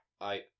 I-